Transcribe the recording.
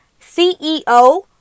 ceo